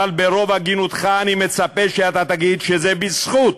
אבל ברוב הגינותך אני מצפה שאתה תגיד שזה בזכות